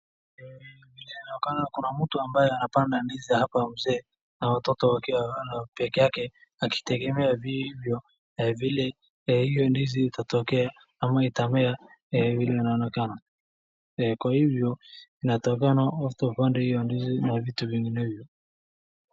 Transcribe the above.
Vile inaonekana kuna mtu anapanda ndizi hapa mzee na watoto wakiwa pekee yake akitengemea vilivyo vile ndizi itatokea ama itamea vile inaonekana, kwa hivyo inatakikana watu wapande hiyo ndizi na vitu vinginevyo.